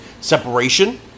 separation